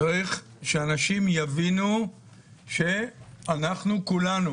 צריך שאנשים יבינו שאנחנו כולנו